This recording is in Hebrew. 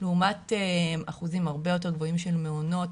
לעומת אחוזים הרבה יותר גבוהים של מעונות